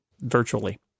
virtually